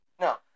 No